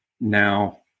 now